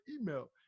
email